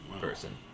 person